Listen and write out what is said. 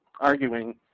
arguing